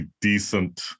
decent